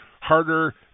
harder